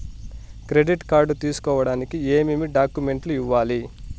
credit card తీసుకోడానికి ఏమేమి డాక్యుమెంట్లు ఇవ్వాలి